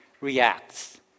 reacts